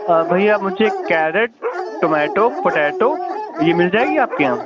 بھیا مجھے ایک کیرٹ ٹمیٹو پٹیٹو یہ مل جائے گی آپ کے یہاں